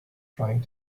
trying